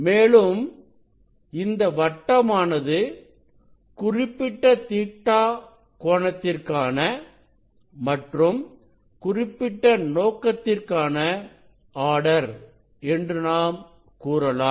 மேலும் இந்த வட்டமானது குறிப்பிட்ட Ɵ கோணத்திற்கான மற்றும் குறிப்பிட்ட நோக்கத்திற்கான ஆர்டர் என்று நாம் கூறலாம்